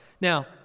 Now